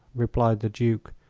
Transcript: replied the duke.